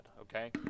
okay